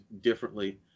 differently